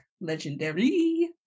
legendary